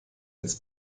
als